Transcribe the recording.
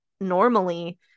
normally